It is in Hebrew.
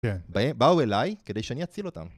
כן. באו אליי כדי שאני אציל אותם.